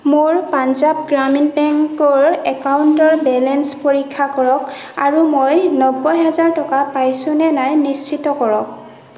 মোৰ পাঞ্জাৱ গ্ৰামীণ বেংকৰ একাউণ্টৰ বেলেঞ্চ পৰীক্ষা কৰক আৰু মই নব্বৈ হাজাৰ টকা পাইছোনে নাই নিশ্চিত কৰক